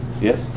Yes